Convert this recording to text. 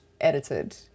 edited